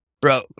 Bro